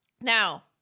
now